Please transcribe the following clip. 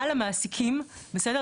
על המעסיקים, בסדר?